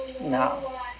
No